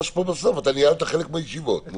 אני ניהלתי חלק מהישיבות.